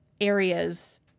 areas